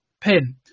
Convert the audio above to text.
pin